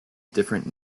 different